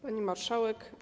Pani Marszałek!